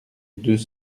deux